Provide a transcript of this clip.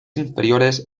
inferiores